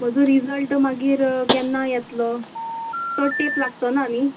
म्हजो रिजल्ट मागीर केन्ना येतलो चड तेप लागचो ना न्ही